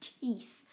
teeth